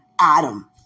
Adam